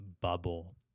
bubble